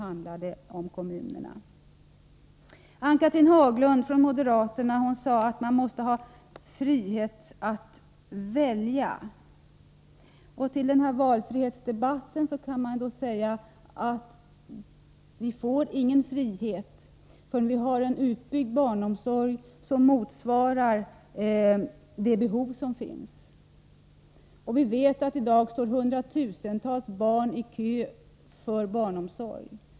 Ann-Cathrine Haglund från moderaterna sade att man måste ha frihet att välja. Till den valfrihetsdebatten kan man säga att vi inte får någon valfrihet förrän vi har en utbyggd barnomsorg som motsvarar de behov som finns. I dag står hundratusentals barn i kö för barnomsorg.